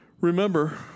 Remember